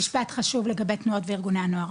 משפט חשוב לגבי תנועות וארגוני הנוער,